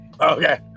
okay